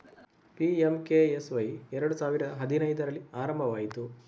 PMKSY ಎರಡು ಸಾವಿರದ ಹದಿನೈದರಲ್ಲಿ ಆರಂಭವಾಯಿತು